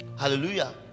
hallelujah